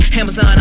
Amazon